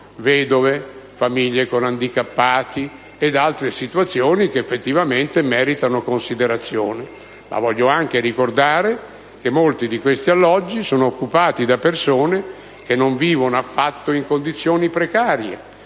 vedove, famiglie con handicappati e altre situazioni che effettivamente meritano considerazione. Ma voglio anche ricordare che molti di questi alloggi sono occupati da persone che non vivono affatto in condizioni precarie.